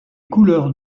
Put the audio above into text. couleurs